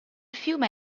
fiume